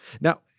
Now